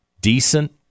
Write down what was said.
decent